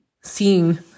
seeing